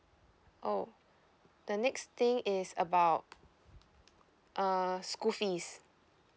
oh the next thing is about uh school fees